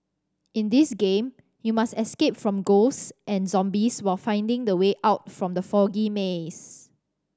in this game you must escape from ghosts and zombies while finding the way out from the foggy maze